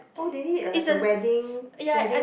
oh they need like a wedding wedding